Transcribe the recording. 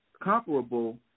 comparable